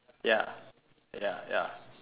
ya ya ya